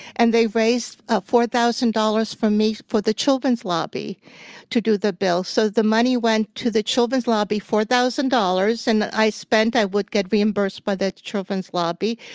and they raised ah four thousand dollars for me for the children's lobby to do the bill. so, the money went to the children's lobby, four thousand dollars, and what i spent i would get reimbursed by the children's lobby.